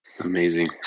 amazing